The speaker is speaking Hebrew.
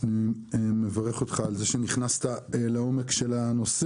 אני מברך אותך על זה שנכנסת לעומק של הנושא.